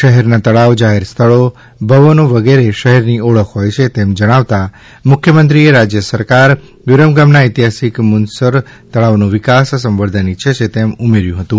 શહેરના તળાવ જાહેર સ્થળો ભવનો વગેરે શહેરની ઓળખ હોય છે તેમ જણાવતા મુખ્યમંત્રીએ રાજ્ય સરકાર વિરમગામના ઐતિહાસિક મુનસર તળાવનો વિકાસ સંવર્ધન ઇચ્છે છે તેમ ઉમેર્યું હતું